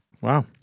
Wow